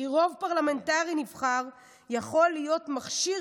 "כי רוב פרלמנטרי נבחר יכול להיות מכשיר